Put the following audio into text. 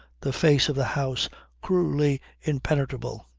the face of the house cruelly impenetrable.